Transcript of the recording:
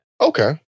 Okay